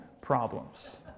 problems